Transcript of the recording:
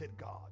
God